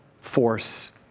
force